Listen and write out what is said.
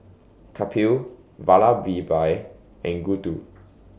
Kapil Vallabhbhai and Gouthu